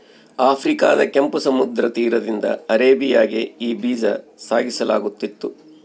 ಆಫ್ರಿಕಾದ ಕೆಂಪು ಸಮುದ್ರ ತೀರದಿಂದ ಅರೇಬಿಯಾಗೆ ಈ ಬೀಜ ಸಾಗಿಸಲಾಗುತ್ತಿತ್ತು